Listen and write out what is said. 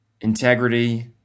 integrity